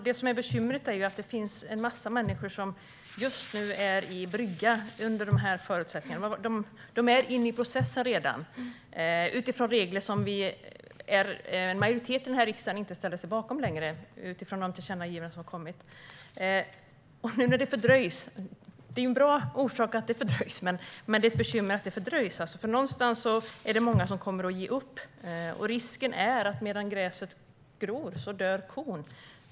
Herr talman! Bekymret är ju att det finns en massa människor som just nu verkar under dessa förutsättningar. De är redan inne i processen och får följa de regler som majoriteten här i riksdagen inte längre ställer sig bakom med tanke på de tillkännagivanden som har gjorts. Det är en bra orsak till att det hela fördröjs, men fördröjningen är samtidigt ett bekymmer. Någonstans är det många som kommer att ge upp, och risken är att medan gräset gror så dör kon.